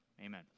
Amen